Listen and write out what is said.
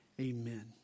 Amen